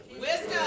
Wisdom